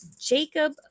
Jacob